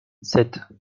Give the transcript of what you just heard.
sept